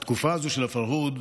התקופה הזאת של הפרהוד,